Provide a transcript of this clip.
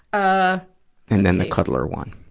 ah and then the cuddler one.